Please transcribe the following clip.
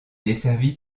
desservie